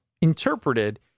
interpreted